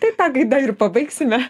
tai ta gaida ir pabaigsime